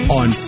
on